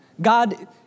God